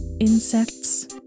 Insects